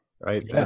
right